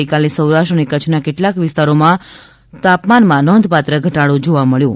ગઈકાલે સૌરાષ્ટ્ર અને કચ્છના કેટલાક વિસ્તારોમાં નોંધપાત્ર ઘટાડો જોવા મબ્યો હતો